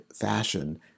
fashion